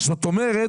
זאת אומרת,